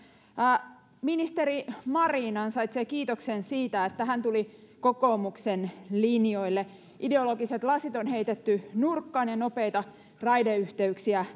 ministeri marin ansaitsee kiitoksen siitä että hän tuli kokoomuksen linjoille ideologiset lasit on heitetty nurkkaan ja nopeita raideyhteyksiä